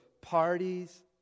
parties